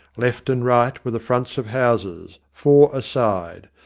left and right were the fronts of houses, four a side.